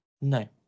No